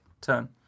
turn